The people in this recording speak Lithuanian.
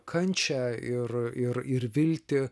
kančią ir ir ir viltį